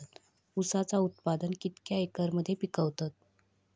ऊसाचा उत्पादन कितक्या एकर मध्ये पिकवतत?